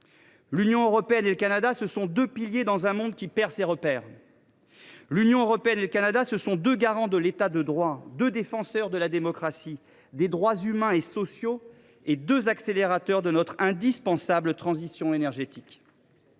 L’Union européenne et le Canada, ce sont deux piliers dans un monde qui perd ses repères. L’Union européenne et le Canada, ce sont deux garants de l’État de droit ; deux défenseurs de la démocratie, des droits humains et sociaux ; deux accélérateurs de notre indispensable transition énergétique.